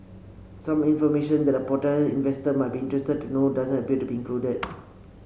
some information that a potential investor might be interested to know doesn't appear to be included